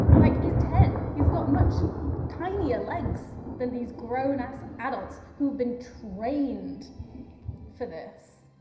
like his ten he's got much tinier legs than these grown ass adults who've been trained for this.